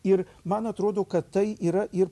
ir man atrodo kad tai yra ir